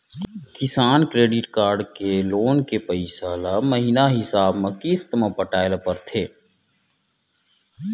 किसान credit card के loan के पइसा ल महिना हिसाब म किस्त म पटाए ल परथे